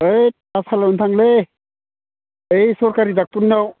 होइथ पाठसालायाव थांनोलै बै सरकारनि डाक्टरनाव